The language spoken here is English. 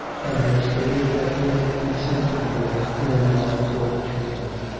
and had stated that dinner would be sent in here in an hour for the three women.